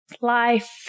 life